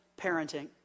parenting